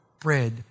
bread